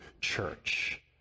church